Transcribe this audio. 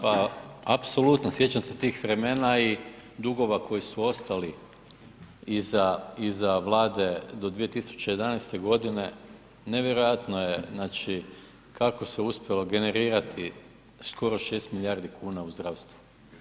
Pa apsolutno, sjećam se tih vremena i dugova koji su ostali iza Vlade do 2011. godine, nevjerojatno je, znači kako se uspjelo generirati skoro 6 milijardi kuna u zdravstvu.